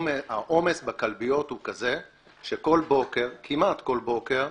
העומס בכלביות הוא כזה שכל בוקר, כמעט כל בוקר,